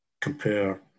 compare